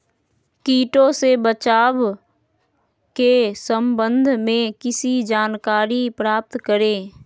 किटो से बचाव के सम्वन्ध में किसी जानकारी प्राप्त करें?